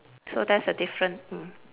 so there's a difference mm